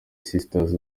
sisters